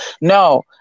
no